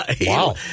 Wow